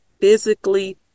physically